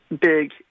big